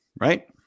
right